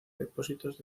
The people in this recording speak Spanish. depósitos